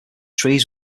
trees